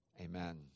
Amen